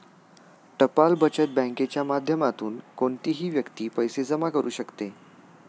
टपाल बचत बँकेच्या माध्यमातून कोणतीही व्यक्ती पैसे जमा करू शकते